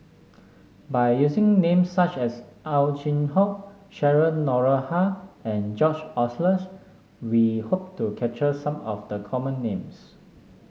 by using names such as Ow Chin Hock Cheryl Noronha and George Oehlers we hope to capture some of the common names